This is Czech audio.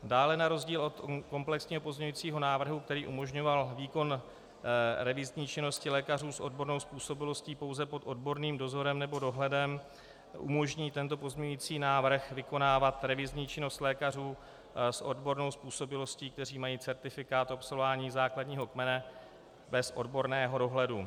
Dále na rozdíl od komplexního pozměňovacího návrhu, který umožňoval výkon revizní činnosti lékařů s odbornou způsobilostí pouze pod odborným dozorem nebo dohledem, umožní tento pozměňovací návrh vykonávat revizní činnost lékařů s odbornou způsobilostí, kteří mají certifikát absolvování základního kmene bez odborného dohledu.